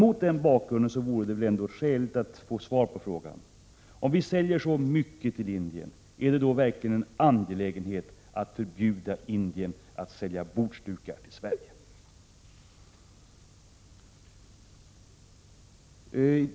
Mot denna bakgrund vore det väl ändå skäligt att få svar på frågan: Om vi säljer så mycket till Indien, är det då verkligen angeläget att förbjuda Indien att sälja bordsdukar till Sverige?